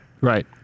Right